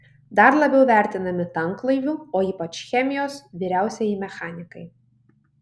dar labiau vertinami tanklaivių o ypač chemijos vyriausieji mechanikai